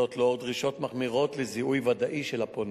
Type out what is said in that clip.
לנוכח דרישות מחמירות לזיהוי ודאי של הפונה,